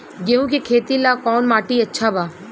गेहूं के खेती ला कौन माटी अच्छा बा?